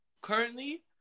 Currently